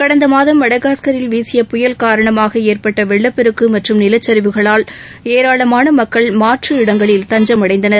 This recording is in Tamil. கடந்த மாதம் மடகாஸ்கரில் வீசிய புயல் காரணமாக ஏற்பட்ட வெள்ளப்பெருக்கு மற்றும் நிலச்சரிவுகளால் ஏராளமான மக்கள் மாற்று இடங்களில் தஞ்சமடைந்துள்ளனர்